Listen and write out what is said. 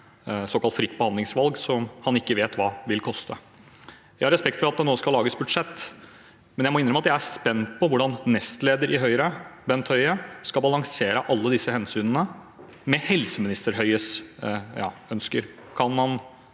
såkalt fritt behandlingsvalg, som han ikke vet hva vil koste. Jeg har respekt for at det nå skal lages budsjett, men jeg må innrømme at jeg er spent på hvordan nestleder i Høyre, Bent Høie, skal balansere alle disse hensynene med helseminister Høies ønsker.